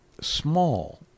small